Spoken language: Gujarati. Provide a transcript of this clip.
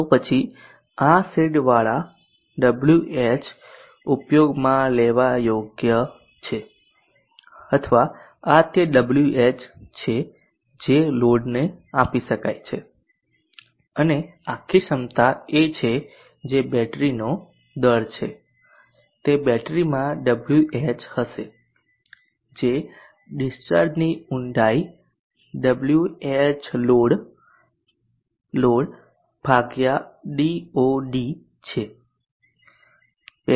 તો પછી આ શેડવાળા ભાગ Wh ઉપયોગમાં લેવા યોગ્ય છે અથવા આ તે Wh છે જે લોડને આપી શકાય છે અને આ આખી ક્ષમતા એ છે જે બેટરીનો દર છે તે બેટરીમાંથી Wh હશે જે ડિસ્ચાર્જની ઊંડાઈ Whload load DOD છે